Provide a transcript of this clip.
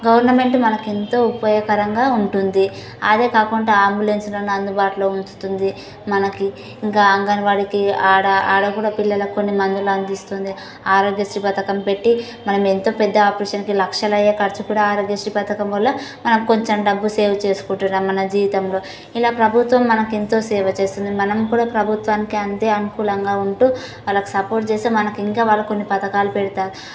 government మనకు ఎంతో ఉపయోగకరంగా ఉంటుంది అదే కాకుండా అంబులెన్సులను అందుబాటులో ఉంచుతుంది మనకి ఇంకా అంగన్వాడికి అక్కడ అక్కడ కూడా పిల్లలకు కొన్ని మందులు అందిస్తుంది ఆరోగ్య శ్రీ పథకం పెట్టీ మనం ఎంత పెద్ద ఆపరేషన్కి లక్షలయ్యే ఖర్చు కూడా ఆరోగ్యశ్రీ పథకం వల్ల మనం కొంచెం డబ్బు సేవ్ చేసుకుంటున్నాం మన జీవితంలో ఇలా ప్రభుత్వం మనకు ఎంతో సేవ చేసింది మనం కూడా ప్రభుత్వానికి అంతే అనుకూలంగా ఉంటూ వాళ్ళకు సపోర్ట్ చేస్తే మనకు ఇంకా వాళ్ళు కొన్ని పథకాలు పెడుతారు